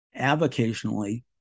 avocationally